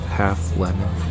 half-lemon